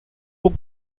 hook